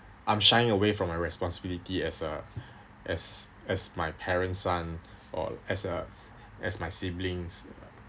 I'm shying away from my responsibility as a as as my parents' son or as uh as my siblings